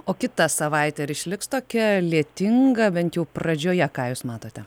o kita savaitė ar išliks tokia lietinga bent jau pradžioje ką jūs matote